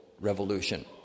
revolution